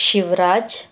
Shivraj